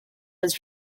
was